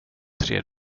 tre